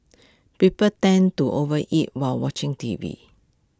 people tend to overeat while watching T V